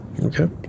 Okay